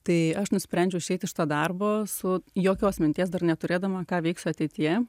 tai aš nusprendžiau išeiti iš to darbo su jokios minties dar neturėdama ką veiksiu ateityje